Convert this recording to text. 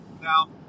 now